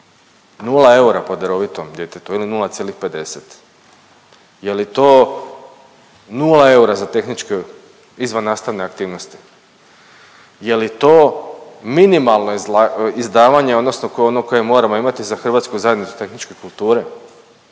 Nula eura po darovitom djetetu ili 0,50. Je li to nula eura za tehničke izvannastavne aktivnosti, je li to minimalno izdavanje odnosno ono koje moramo imati za hrvatsku zajednicu tehničke kulture?